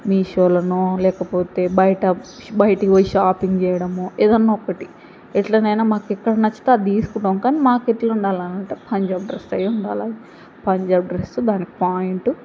మీషోలనో లేకపోతే బయట బయటకి పోయి షాపింగ్ చేయడమో ఏదైనా ఒక్కటి ఎట్లనైనా మాకు ఎక్కడ నచ్చితే అది తీసుకుంటాము మాకు ఎట్లా ఉండాలి అంటే పంజాబ్ డ్రెస్ అవి ఉండాలి పంజాబ్ డ్రెస్సు దానికి పాయింటు